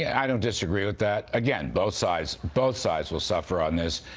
i don't disagree with that. again, both sides, both sides will suffer on this.